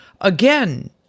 again